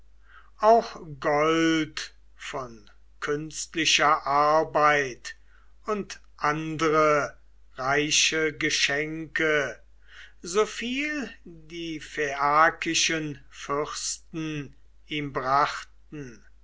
auch gold von künstlicher arbeit und andre reiche geschenke so viel die phaiakischen fürsten ihm brachten